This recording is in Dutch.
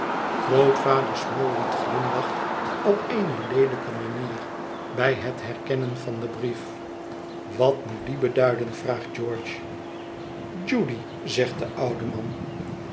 grootvader smallweed glimlacht op êeneleelijke manier bij het herkennen van den brief wat moet die beduiden vraagt george judy zegt de oude man